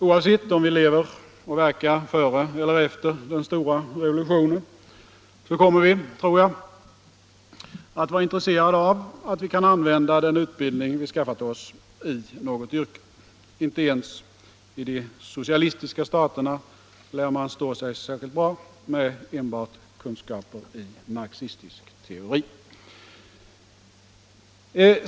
Oavsett om vi lever och verkar före eller efter den stora revolutionen kommer vi, tror jag, att vara intresserade av att vi kan använda den utbildning vi skaffat oss i något yrke. Inte ens i de socialistiska staterna lär man stå sig särskilt bra med enbart kunskaper i marxistisk teori.